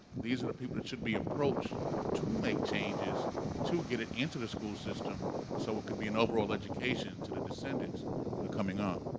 these are the people should be approached to make changes to get it into the school system so it can be an overall education to the descendants that are coming on.